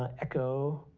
ah echo,